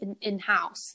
in-house